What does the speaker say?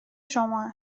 شما